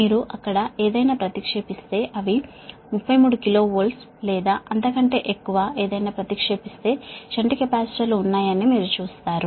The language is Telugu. మీరు అక్కడ ఏదైనా ప్రతిక్షేపిస్తే అవి 33 KV లేదా అంతకంటే ఎక్కువ ఏదైనా ప్రతిక్షేపిస్తే షంట్ కెపాసిటర్లు ఉన్నాయని మీరు చూస్తారు